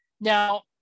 Now